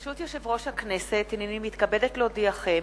ברשות יושב-ראש הכנסת, הנני מתכבדת להודיעכם,